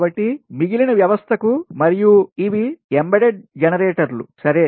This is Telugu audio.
కాబట్టి మిగిలిన వ్యవస్థకు మరియు ఇవి ఎంబెడెడ్ జనరేటర్లు సరే